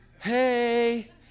Hey